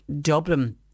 Dublin